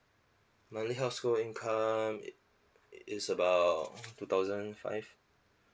monthly household income it it's about two thousand five